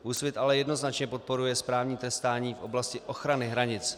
Úsvit ale jednoznačně podporuje správní trestání v oblasti ochrany hranic.